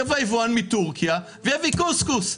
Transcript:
יבוא היבואן מטורקיה ויביא קוסקוס.